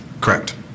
Correct